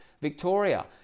Victoria